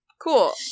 Cool